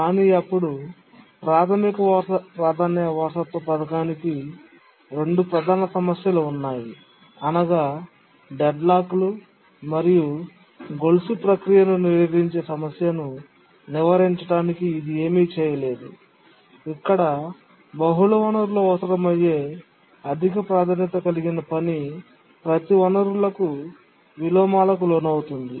కానీ అప్పుడు ప్రాథమిక ప్రాధాన్యత వారసత్వ పథకానికి రెండు ప్రధాన సమస్యలు ఉన్నాయి అనగా డెడ్లాక్లు మరియు గొలుసు ప్రక్రియను నిరోధించే సమస్యను నివారించడానికి ఇది ఏమీ చేయలేదు ఇక్కడ బహుళ వనరులు అవసరమయ్యే అధిక ప్రాధాన్యత కలిగిన పని ప్రతి వనరులకు విలోమాలకు లోనవుతుంది